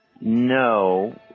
No